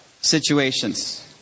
situations